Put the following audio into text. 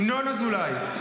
ינון אזולאי,